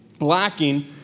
lacking